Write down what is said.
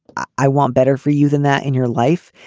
i want better for you than that in your life.